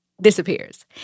Disappears